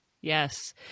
Yes